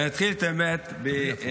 ואטורי, תשתתף בשיעור.